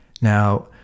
Now